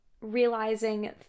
realizing